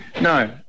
No